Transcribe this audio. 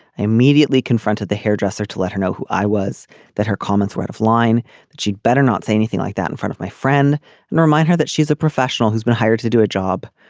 i immediately confronted the hairdresser to let her know who i was that her comments were out of line that she'd better not say anything like that in front of my friend and remind her that she's a professional who's been hired to do a job.